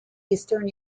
eastern